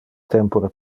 tempore